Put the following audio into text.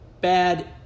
bad